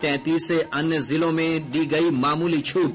तैंतीस अन्य जिलों में दी गयी मामूली छूट